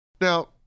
Now